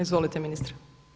Izvolite ministre.